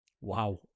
wow